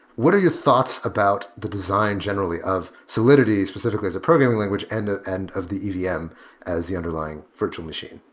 what are your thoughts about the design general of solidity specifically as a program language and and of the evm yeah um as the underlying virtual machine?